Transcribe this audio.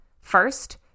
First